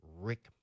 Rick